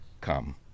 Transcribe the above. come